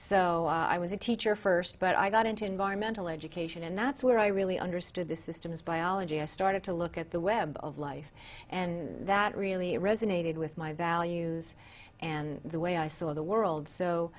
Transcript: so i was a teacher first but i got into environmental education and that's where i really understood this is jim's biology i started to look at the web of life and that really resonated with my values and the way i saw the world so